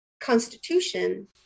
constitution